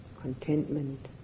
contentment